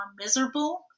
miserable